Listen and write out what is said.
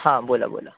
हां बोला बोला